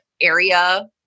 area